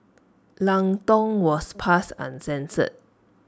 Lang Tong was passed uncensored